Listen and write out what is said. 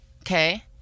okay